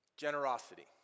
Generosity